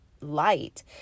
light